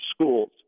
schools